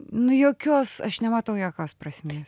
nu jokios aš nematau jokios prasmės